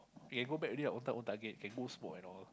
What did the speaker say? can go back already lah own time own target can go smoke and all